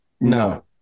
No